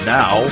now